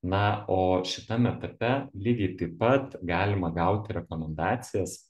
na o šitam etape lygiai taip pat galima gauti rekomendacijas